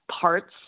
parts